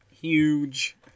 huge